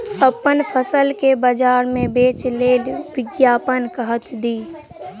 अप्पन फसल केँ बजार मे बेच लेल विज्ञापन कतह दी?